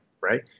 right